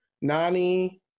Nani